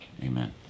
Amen